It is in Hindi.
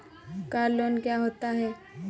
कार लोन क्या होता है?